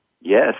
yes